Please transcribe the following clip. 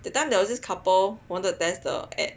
that time there was this couple wanted to test the ad